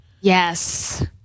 Yes